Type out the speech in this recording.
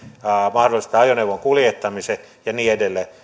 mahdollistaa ajoneuvon kuljettamisen ja niin edelleen